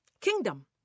kingdom